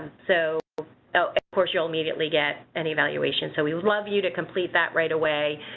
so, of course, you'll immediately get an evaluation so we'd love you to complete that right away.